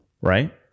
Right